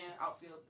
outfield